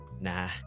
Nah